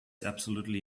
absolutely